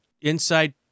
inside